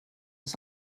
ist